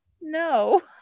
No